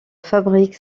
fabrique